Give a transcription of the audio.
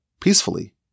peacefully